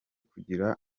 kugira